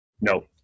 No